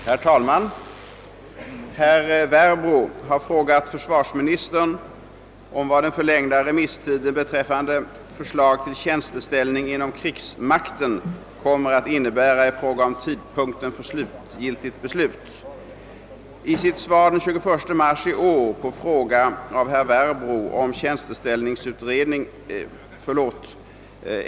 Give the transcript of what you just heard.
Herr talman! Herr Werbro har frågat försvarsministern om vad den förlängda remisstiden beträffande förslag till tjänsteställning inom krigsmakten kommer att innebära i fråga om tidpunkten för slutgiltigt beslut.